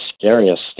scariest